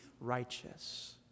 righteous